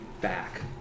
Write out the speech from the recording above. back